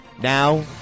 Now